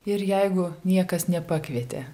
ir jeigu niekas nepakvietė